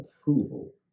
approval